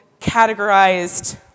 categorized